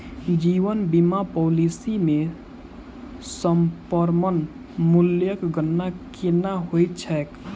जीवन बीमा पॉलिसी मे समर्पण मूल्यक गणना केना होइत छैक?